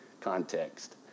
context